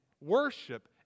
worship